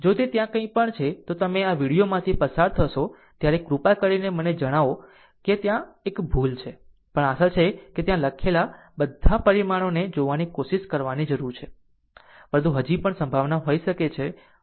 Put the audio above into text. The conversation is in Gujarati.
જો તે ત્યાં કંઈ પણ છે તો તમે આ વિડિઓમાંથી પસાર થશો ત્યારે કૃપા કરીને મને જણાવો સાહેબ ત્યાં એક ભૂલ છે પણ આશા છે કે ત્યાં લખેલા દરેક પરિમાણોને જોવાની કોશિશ કરવાની જરૂર છે પરંતુ હજી પણ સંભાવના હોઈ શકે છે